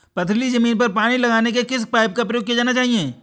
पथरीली ज़मीन पर पानी लगाने के किस पाइप का प्रयोग किया जाना चाहिए?